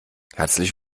herzlich